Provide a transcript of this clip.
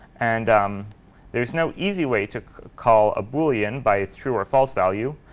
and um there's no easy way to call a boolean by its true or false value.